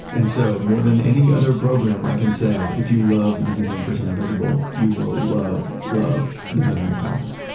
and so, more than any other program i can say if you love ninety nine percent invisible you will love, love the memory palace.